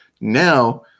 Now